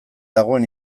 dagoen